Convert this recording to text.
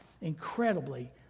incredibly